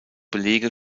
belege